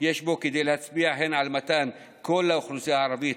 יש בו כדי להצביע הן על מתן קול לאוכלוסייה הערבית